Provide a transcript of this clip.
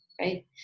right